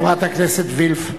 חברת הכנסת וילף.